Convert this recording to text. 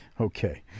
Okay